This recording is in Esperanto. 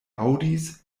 aŭdis